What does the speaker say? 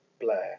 Blair